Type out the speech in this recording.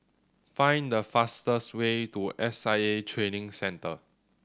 find the fastest way to S I A Training Centre